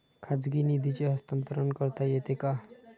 खाजगी निधीचे हस्तांतरण करता येते का?